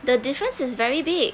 the difference is very big